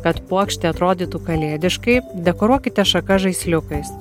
kad puokštė atrodytų kalėdiškai dekoruokite šakas žaisliukais